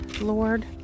Lord